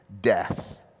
death